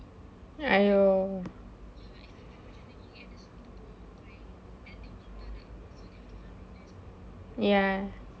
!aiyo! ya